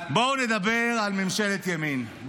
בואו נדבר על ממשלת ימין,